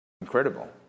incredible